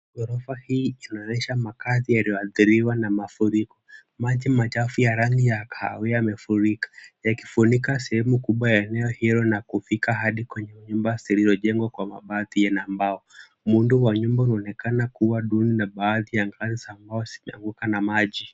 Ghorofa hii inaonyesha makazi yaliyoadhiriwa na mafuriko. Maji machafu ya rangi ya kahawia yamefurika, yakifunika sehemu kubwa ya eneo hilo na kufika hadi kwenye nyumba zilizojengwa kwa mabati na mbao. Muundo wa nyumba unaonekana kuwa duni na baadhi ya ngazi za mbao zimeanguka na maji.